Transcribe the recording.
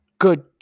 good